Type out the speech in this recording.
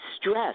stress